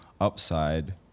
upside